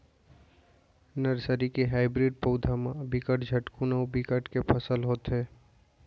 nursery के hybrid पउधा म बिकट झटकुन अउ बिकट के फसल होथे